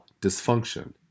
dysfunction